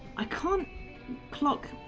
icon clock